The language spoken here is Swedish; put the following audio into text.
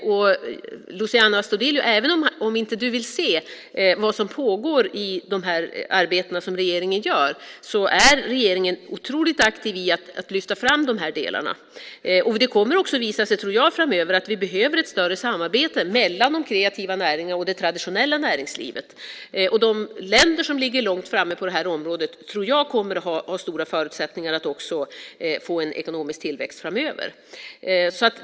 Även om Luciano Astudillo inte vill se vad som pågår i de arbeten som regeringen gör är regeringen otroligt aktiv när det gäller att lyfta fram detta. Jag tror att det framöver kommer att visa sig att vi behöver ett större samarbete mellan de kreativa näringarna och det traditionella näringslivet. De länder som ligger långt framme på det här området tror jag kommer att ha goda förutsättningar att få en ekonomisk tillväxt framöver.